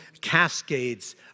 cascades